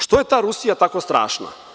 Što je ta Rusija tako strašna?